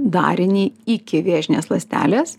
darinį iki vėžinės ląstelės